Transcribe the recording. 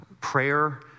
Prayer